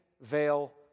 veil